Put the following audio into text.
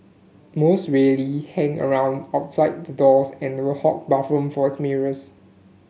most really hang around outside the doors and will hog the bathrooms for mirrors